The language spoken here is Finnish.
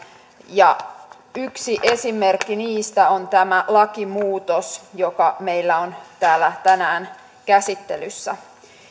yksi esimerkki niistä on tämä lakimuutos joka meillä on täällä tänään käsittelyssä